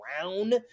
brown